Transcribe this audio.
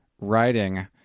writing